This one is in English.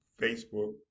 Facebook